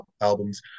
albums